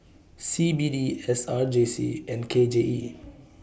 C B D S R J C and K J E